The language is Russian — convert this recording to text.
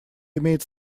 имеет